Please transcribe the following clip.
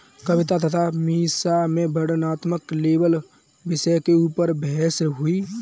कविता तथा मीसा में वर्णनात्मक लेबल विषय के ऊपर बहस हुई